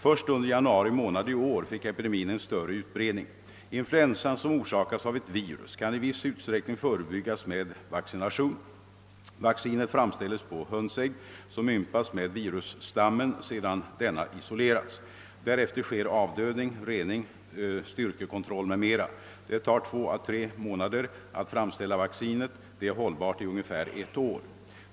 Först under januari månad i år fick epidemin en större utbredning. Influensan, som orsakas av ett virus, kan i viss utsträckning förebyggas med vaccination. Vaccinet framställs på hönsägg, som ympas med virusstammen sedan denna isolerats. Härefter sker avdödning, rening, styrkekontroller m.m. Det tar två å tre månader att framställa vaccinet. Det är hållbart i ungefär ett år.